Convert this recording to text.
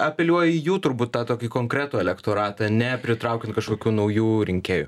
apeliuoja į jų turbūt tą tokį konkretų elektoratą ne pritraukiant kažkokių naujų rinkėjų